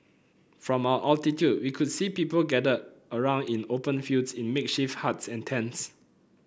from our altitude we could see people gathered around in open fields in makeshift huts and tents